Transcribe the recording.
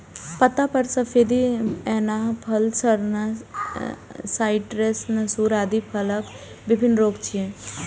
पत्ता पर सफेदी एनाय, फल सड़नाय, साइट्र्स नासूर आदि फलक विभिन्न रोग छियै